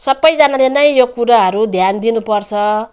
सबजनाले नै यो कुराहरू ध्यान दिनु पर्छ